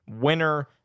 winner